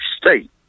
state